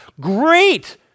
Great